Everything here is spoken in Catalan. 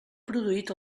produït